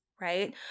right